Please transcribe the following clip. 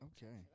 Okay